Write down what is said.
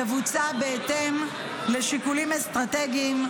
תבוצע בהתאם לשיקולים אסטרטגיים,